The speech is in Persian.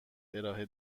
ارائه